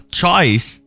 choice